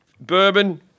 bourbon